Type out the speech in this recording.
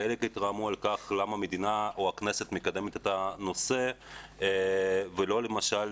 חלק התרעמו על כך למה המדינה או הכנסת מקדמת את הנושא ולא למשל